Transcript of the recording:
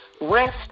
Rest